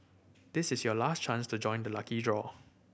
this is your last chance to join the lucky draw